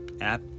app